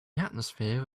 atmosphere